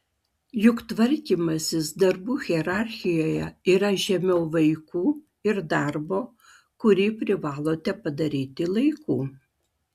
juk tvarkymasis darbų hierarchijoje yra žemiau vaikų ir darbo kurį privalote padaryti laiku